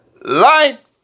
Life